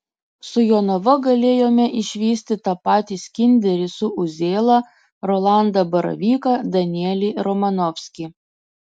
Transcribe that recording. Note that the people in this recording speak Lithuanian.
su jonava galėjome išvysti tą patį skinderį su uzėla rolandą baravyką danielį romanovskį